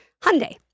Hyundai